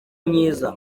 myiza